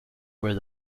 where